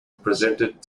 presented